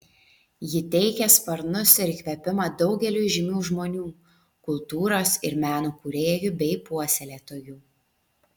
ji teikė sparnus ir įkvėpimą daugeliui žymių žmonių kultūros ir meno kūrėjų bei puoselėtojų